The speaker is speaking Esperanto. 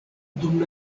dum